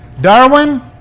Darwin